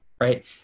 right